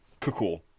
Cool